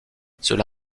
cela